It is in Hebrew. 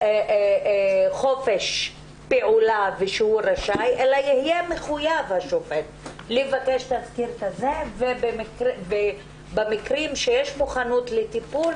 חופש פעולה אלא שיהיה מחויב לבקש תזכיר כזה ובמקרים שיש מוכנות לטיפול,